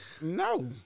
No